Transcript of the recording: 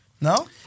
No